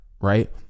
right